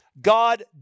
God